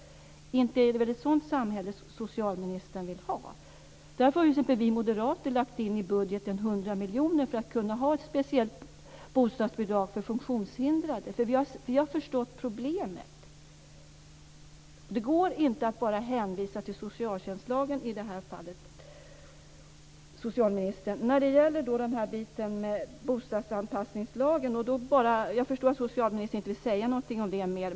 Det är väl inte ett sådant samhälle som socialministern vill ha. Därför har t.ex. vi moderater lagt in 100 miljoner i budgeten för att man ska kunna ha ett speciellt bostadsbidrag för funktionshindrade. Vi har nämligen förstått problemet. Det går inte att bara hänvisa till socialtjänstlagen i det här fallet, socialministern. Jag förstår att socialministern inte vill säga någonting mer om bostadsanpassningslagen.